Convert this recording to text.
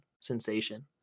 sensation